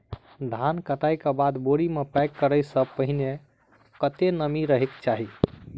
धान कटाई केँ बाद बोरी मे पैक करऽ सँ पहिने कत्ते नमी रहक चाहि?